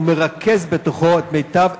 הוא מרכז בתוכו את המיטב,